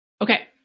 Okay